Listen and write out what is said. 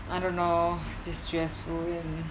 I don't know just stressful and